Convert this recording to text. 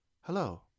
Hello